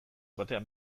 batean